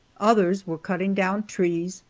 others were cutting down trees,